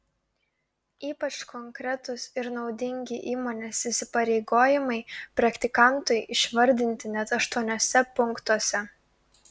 ypač konkretūs ir naudingi įmonės įsipareigojimai praktikantui išvardinti net aštuoniuose punktuose